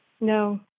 No